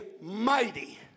mighty